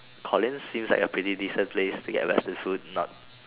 Collin's seems like a pretty decent place to get Western food not